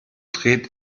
dreht